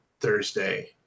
Thursday